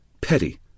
Petty